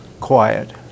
quiet